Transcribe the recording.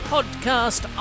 Podcast